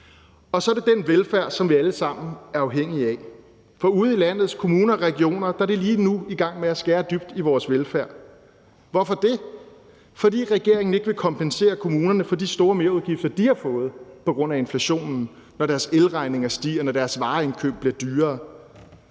Og så er det den velfærd, som vi alle sammen er afhængige af. For ude i landets kommuner og regioner er de lige nu i gang med at skære dybt i vores velfærd. Hvorfor det? Fordi regeringen ikke vil kompensere kommunerne for de store merudgifter, de har fået på grund af inflationen, når deres elregninger stiger, og når deres vareindkøb bliver dyrere.